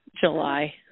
July